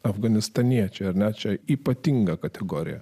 afganistaniečiai ar ne čia ypatinga kategorija